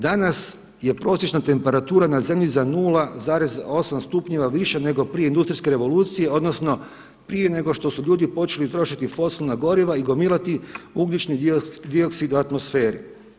Danas je prosječna temperatura na zemlji za 0,8 stupnjeva više nego prije industrijske revolucije, odnosno prije nego što su ljudi počeli trošiti fosilna goriva i gomilati ugljični dioksid u atmosferi.